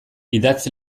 idatz